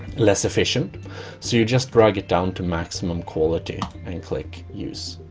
less efficient so you just drag it down to maximum quality and click use